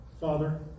Father